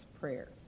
prayer